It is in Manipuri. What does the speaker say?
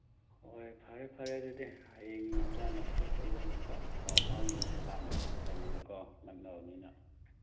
ꯍꯣꯏ ꯐꯔꯦ ꯐꯔꯦ ꯑꯗꯨꯗꯤ ꯍꯌꯦꯡ ꯔꯝꯖꯥꯟ ꯅꯛꯁꯜꯂꯛꯄꯩꯗ ꯑꯃꯨꯛꯀ ꯄꯥꯎ ꯐꯥꯎꯅꯔꯁꯦ ꯂꯥꯞꯅꯕꯁꯨ ꯅꯠꯇꯝꯅꯤꯅꯀꯣ ꯅꯛꯅꯕꯅꯤꯅ